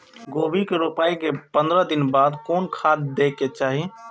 गोभी के रोपाई के पंद्रह दिन बाद कोन खाद दे के चाही?